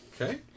Okay